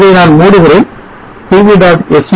இதை நான் மூடுகிறேன் pv